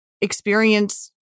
experience